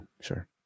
sure